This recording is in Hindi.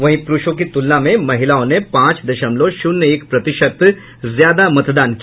वहीं पुरूषों की तुलना में महिलाओं ने पांच दशमलव शून्य एक प्रतिशत ज्यादा मतदान किया